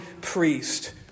priest